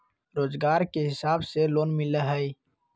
रोजगार के हिसाब से लोन मिलहई?